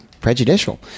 prejudicial